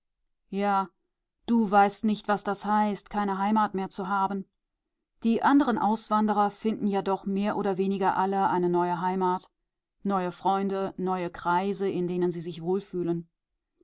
ja du weißt nicht was das heißt keine heimat mehr zu haben die anderen auswanderer finden ja doch mehr oder weniger alle eine neue heimat neue freunde neue kreise in denen sie sich wohlfühlen